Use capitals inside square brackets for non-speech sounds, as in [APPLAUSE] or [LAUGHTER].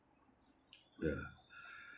uh [BREATH]